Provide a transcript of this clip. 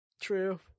true